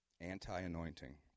Anti-anointing